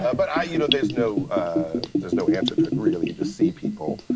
ah but ah you know there's no ah there's no answer to it really, you just see people.